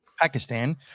Pakistan